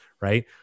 right